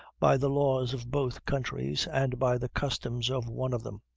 by the laws of both countries, and by the customs of one of them.